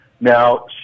Now